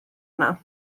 yna